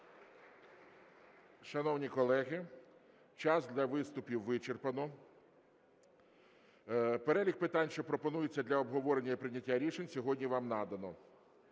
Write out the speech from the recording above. Шановні колеги, час для виступів вичерпано. Перелік питань, що пропонується для обговорення і прийняття рішень, сьогодні вам надано.